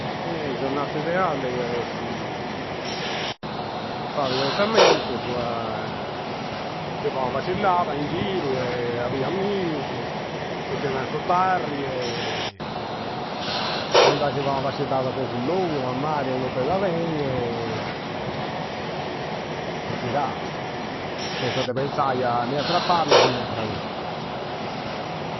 . Eh! Giornata idealle i ad'essi pagu penzammentusu, si fai ua passillada in giru a bi ammigusu, chistionai a su barri o andai a fai ua passillada cun cu logu o a mari, e non peda bei e tirai. Chenza ae penzai a. Ne a trabballusu, ne attra cosa.